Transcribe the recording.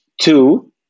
two